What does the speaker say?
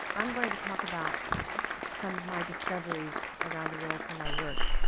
i'm going to talk about some of my discoveries around the world through my work.